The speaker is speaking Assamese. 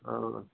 অঁ